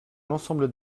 l’ensemble